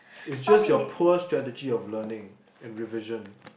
is just your poor strategy of learning and revision